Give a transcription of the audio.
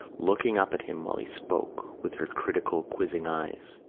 looking up at him while he spoke with her critical quizzing eyes.